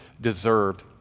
deserved